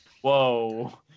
Whoa